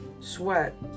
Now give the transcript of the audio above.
sweat